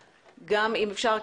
בבקשה,